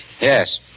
Yes